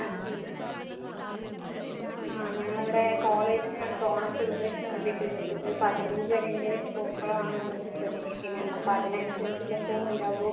okay ആ ഞങ്ങളിവിടെ കോളേജില് ഞങ്ങൾക്ക് ഓണം സെലിബ്രേഷന് വേണ്ടിട്ട് ഒരു പതിനഞ്ചരേൻ്റെ പൂക്കളാണ് ഞങ്ങള് പ്രതീക്ഷിക്കണത് അപ്പം അതിനനുസരിച്ചുള്ള പൂവുണ്ടാകുമോ